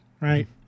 right